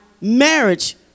marriage